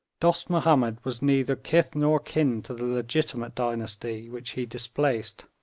dost mahomed was neither kith nor kin to the legitimate dynasty which he displaced.